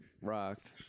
rocked